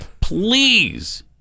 Please